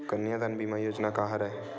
कन्यादान बीमा योजना का हरय?